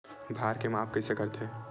भार के माप कइसे करथे?